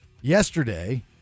yesterday